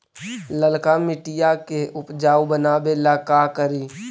लालका मिट्टियां के उपजाऊ बनावे ला का करी?